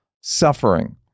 suffering